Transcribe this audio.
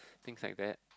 things like that